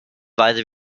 weise